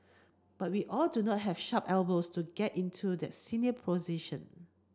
but we all do not have sharp elbows to get into that senior position